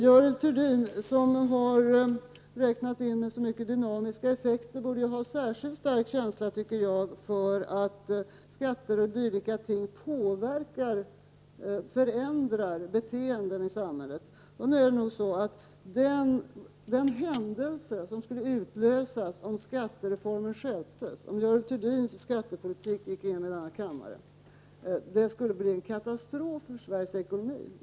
Görel Thurdin, som har räknat med så många dynamiska effekter, borde ha en särskilt stark känsla för att skatter och dylika ting påverkar och förändrar olika beteenden i samhället. Den händelse som skulle utlösas om skattereformen stjälptes och den skattepolitik som Görel Thurdin företräder gick igenom i den här kammaren skulle innebära en katastrof för Sveriges ekonomi.